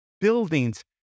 buildings